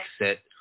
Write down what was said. exit